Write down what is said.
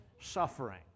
suffering